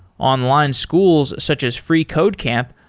online schools, such as freecodecamp,